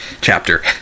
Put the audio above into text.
chapter